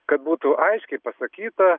kad būtų aiškiai pasakyta